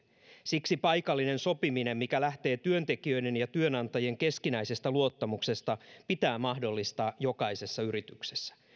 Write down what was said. siksi paikallinen sopiminen mikä lähtee työntekijöiden ja työnantajien keskinäisestä luottamuksesta pitää mahdollistaa jokaisessa yrityksessä